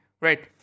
Right